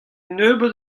nebeut